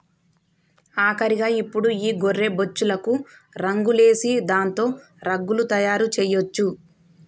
ఆఖరిగా ఇప్పుడు ఈ గొర్రె బొచ్చులకు రంగులేసి దాంతో రగ్గులు తయారు చేయొచ్చు